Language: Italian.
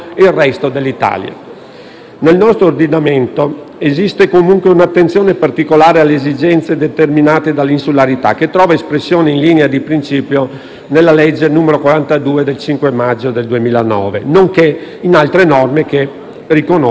Nel nostro ordinamento, comunque, esiste un'attenzione particolare alle esigenze determinate dall'insularità, che trova espressione in linea di principio nella legge n. 42 del 5 maggio 2009, nonché in altre norme che riconoscono tali specificità.